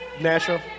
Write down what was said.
Nashville